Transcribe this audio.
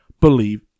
believe